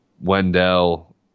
Wendell